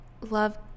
love